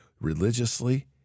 religiously